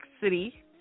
City